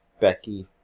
Becky